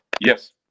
Yes